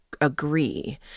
agree